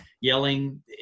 yelling